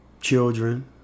children